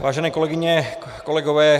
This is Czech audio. Vážené kolegyně, kolegové.